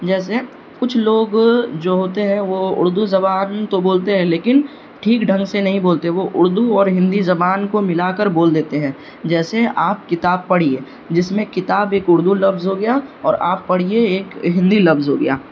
جیسے کچھ لوگ جو ہوتے ہیں وہ اردو زبان تو بولتے ہیں لیکن ٹھیک ڈھنگ سے نہیں بولتے وہ اردو اور ہندی زبان کو ملا کر بول دیتے ہیں جیسے آپ کتاب پڑھیے جس میں کتاب ایک اردو لفظ ہو گیا اور آپ پڑھیے ایک ہندی لفظ ہو گیا